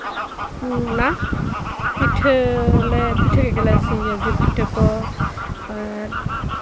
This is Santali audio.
ᱚᱱᱟ ᱯᱤᱴᱷᱟᱹ ᱞᱮ ᱯᱤᱴᱷᱟᱹᱭ ᱜᱮᱭᱟ ᱤᱭᱟᱹ ᱡᱤᱞ ᱯᱤᱴᱷᱟᱹ ᱠᱚ